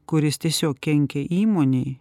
kuris tiesiog kenkia įmonei